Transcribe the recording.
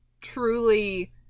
truly